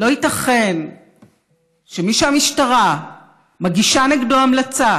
לא ייתכן שמי שהמשטרה מגישה נגדו המלצה